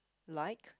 like